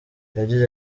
yagize